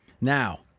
Now